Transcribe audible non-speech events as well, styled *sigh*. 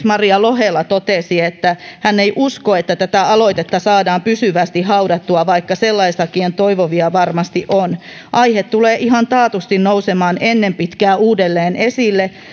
*unintelligible* maria lohela totesi en usko että tätä aloitetta saadaan pysyvästi haudattua vaikka sellaistakin toivovia varmasti on aihe tulee ihan taatusti nousemaan ennen pitkää uudelleen esille